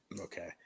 Okay